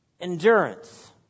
endurance